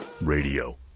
Radio